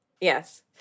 Yes